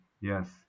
yes